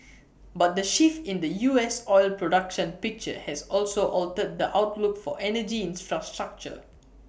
but the shift in the U S oil production picture has also altered the outlook for energy infrastructure